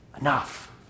enough